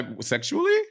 sexually